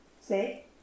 Say